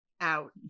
out